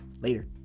Later